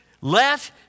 let